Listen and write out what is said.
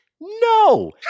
No